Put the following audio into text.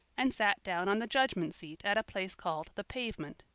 and sat down on the judgment seat at a place called the pavement,